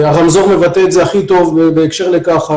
הרמזור מבטא את זה הכי טוב בהקשר לכך.